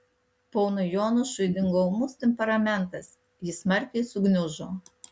ponui janošui dingo ūmus temperamentas jis smarkiai sugniužo